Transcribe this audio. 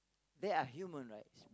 they are human rights